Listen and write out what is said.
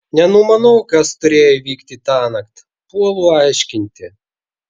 nenumanau kas turėjo įvykti tąnakt puolu aiškinti